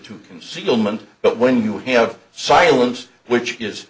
to concealment but when you have silence which is